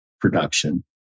production